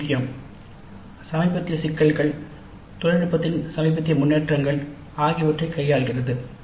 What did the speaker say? இது முக்கியம் சமீபத்திய சிக்கல்கள் தொழில்நுட்பத்தின் சமீபத்திய முன்னேற்றங்கள் ஆகியவற்றைக் கையாள்கிறது